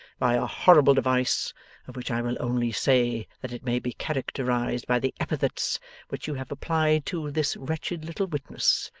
by a horrible device of which i will only say that it may be characterised by the epithets which you have applied to this wretched little witness,